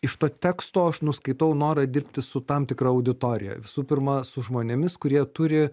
iš to teksto aš nuskaitau norą dirbti su tam tikra auditorija visų pirma su žmonėmis kurie turi